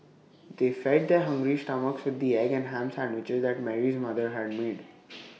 they fed their hungry stomachs with the egg and Ham Sandwiches that Mary's mother had made